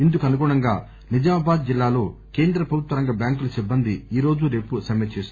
ఇందుకు అనుగుణంగా నిజామాబాద్ జిల్లాలో కేంద్ర ప్రభుత్వ రంగ బ్యాంకుల సిబ్బంది ఈరోజు రేపు సమ్మె చేస్తున్నారు